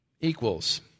Equals